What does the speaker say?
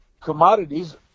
commodities